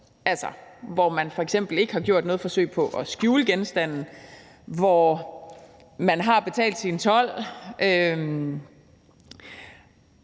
altså hvor man f.eks. ikke har gjort noget forsøg på at skjule genstanden, og hvor man har betalt sin told,